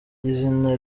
izina